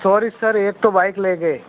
sorry sir एक तो bike ले गए